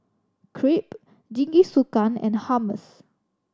Crepe Jingisukan and Hummus